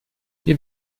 hier